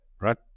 right